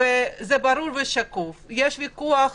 וזה ברור ושקוף, יש ויכוח